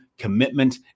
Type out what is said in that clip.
commitment